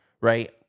Right